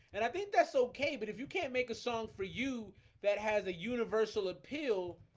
and i think that's okay but if you can't make a song for you that has a universal appeal